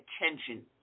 attention